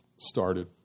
Started